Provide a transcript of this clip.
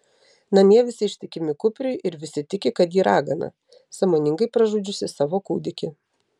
namie visi ištikimi kupriui ir visi tiki kad ji ragana sąmoningai pražudžiusi savo kūdikį